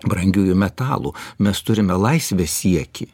brangiųjų metalų mes turime laisvės siekį